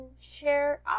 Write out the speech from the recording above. share